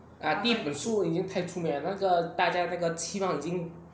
啊第一本书已经太出名了那个大家的期望已经